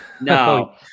No